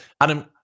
Adam